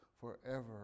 forever